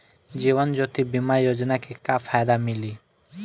जीवन ज्योति बीमा योजना के का फायदा मिली?